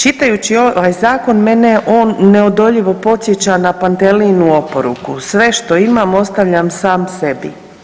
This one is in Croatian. Čitajući ovaj zakon mene on neodoljivo podsjeća na Pantelijinu oporuku „sve što imam ostavljam sam sebi“